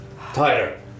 tighter